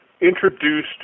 introduced